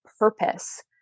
Purpose